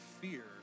fear